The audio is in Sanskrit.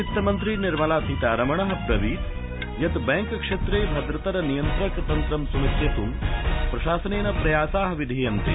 वित्तमन्त्री निर्मला सीतारमणः अव्रवीत् यत् बैंक क्षेत्रे भद्रतर नियन्त्रक तन्त्र सुनिश्चेत् प्रशासनेन प्रयासाः विधीयन्ते